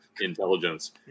intelligence